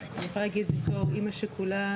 אני יכולה להגיד בתור אימא שכולה,